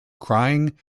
crying